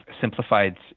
simplified